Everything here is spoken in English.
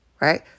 right